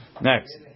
next